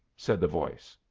said the voice.